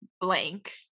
blank